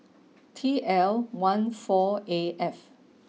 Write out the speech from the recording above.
T L one four A F